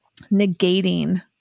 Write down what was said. negating